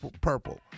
purple